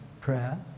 prayer